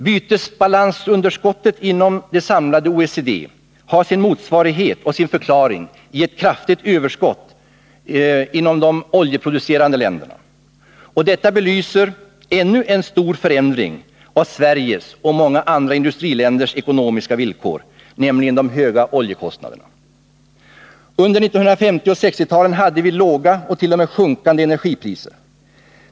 Bytesbalansunderskottet inom det samlade OECD har sin motsvarighet och sin förklaring ett kraftigt överskott inom de oljeproducerande länderna. Detta belyser ännu en stor förändring av Sveriges och många andra industriländers ekonomiska villkor, nämligen de höga oljekostnaderna. Under 1950 och 1960-talen hade vi låga och t.o.m. sjunkande energipriser.